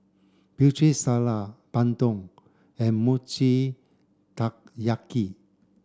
Putri Salad Bandung and Mochi Taiyaki